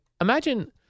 imagine